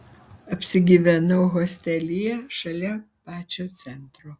apsigyvenau hostelyje šalia pačio centro